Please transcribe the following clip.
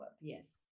yes